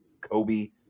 Kobe